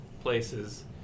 places